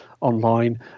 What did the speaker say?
online